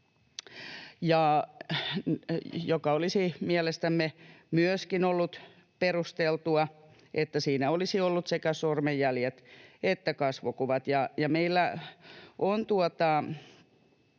mikä olisi mielestämme myöskin ollut perusteltua, että siinä olisi ollut sekä sormenjäljet että kasvokuvat.